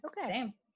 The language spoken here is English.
Okay